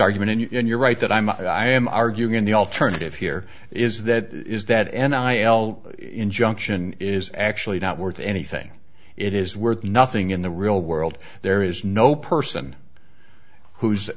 argument and you're right that i'm i am arguing in the alternative here is that is that and i l injunction is actually not worth anything it is worth nothing in the real world there is no person who's